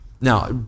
Now